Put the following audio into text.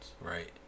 right